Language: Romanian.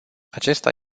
acesta